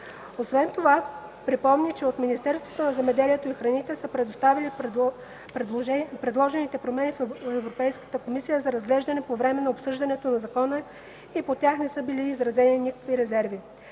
Освен това припомни, че от Министерството на земеделието и храните са предоставили предложените промени на Европейската комисия за разглеждане по време на обсъждането на закона и по тях не са били изразени никакви резерви.